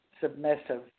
submissive